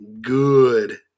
good